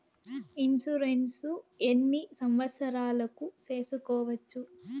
Insurance ఎన్ని సంవత్సరాలకు సేసుకోవచ్చు?